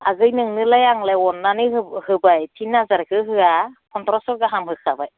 आगै नोंनोलाय आंलाय अननानै होबाय तिन हाजारखो होआ फन्द्रस' गाहाम होखाबाय